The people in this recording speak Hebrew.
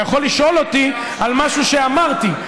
אתה יכול לשאול אותי על משהו שאמרתי,